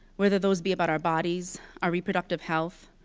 whether those be about our bodies, our reproductive health,